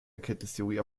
erkenntnistheorie